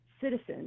citizens